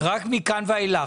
רק מכאן ואילך.